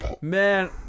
Man